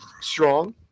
strong